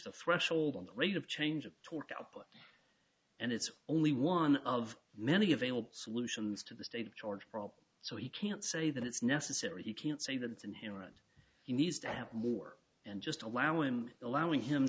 the threshold on the rate of change of torque output and it's only one of many available solutions to the state of georgia problem so he can't say that it's necessary he can't say that it's inherent he needs to have more and just allow him allowing him